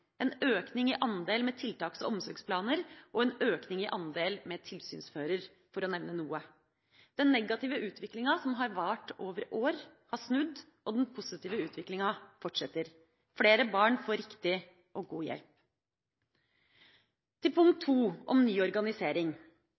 en økning i andel med tiltaks- og omsorgsplaner og en økning i andel med tilsynsfører – for å nevne noe. Den negative utviklinga som har vart over år, har snudd, og den positive utviklinga fortsetter. Flere barn får riktig og god hjelp. Til punkt 2 om ny organisering: